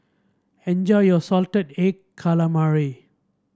enjoy your Salted Egg Calamari